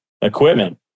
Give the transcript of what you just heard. equipment